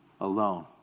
alone